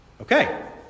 Okay